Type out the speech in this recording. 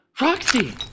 Roxy